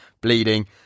bleeding